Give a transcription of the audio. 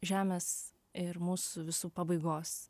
žemės ir mūsų visų pabaigos